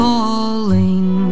Falling